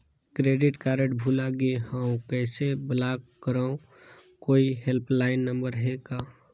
Credit card भुला गे हववं कइसे ब्लाक करव? कोई हेल्पलाइन नंबर हे का?